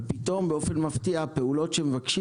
אבל פתאום באופן מפתיע הפעולות שמבקשים